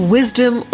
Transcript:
Wisdom